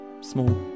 small